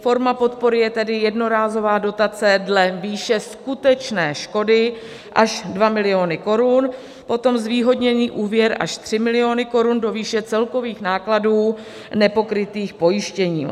Forma podpory je tedy jednorázová dotace dle výše skutečné škody až 2 miliony korun, potom zvýhodněný úvěr až 3 miliony korun do výše celkových nákladů nepokrytých pojištěním.